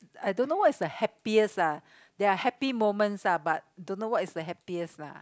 I don't know what is the happiest ah there are happy moments ah but don't know what is the happiest lah